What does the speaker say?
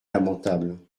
lamentable